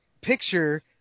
picture